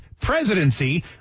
presidency